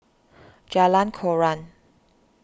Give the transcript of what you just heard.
Jalan Koran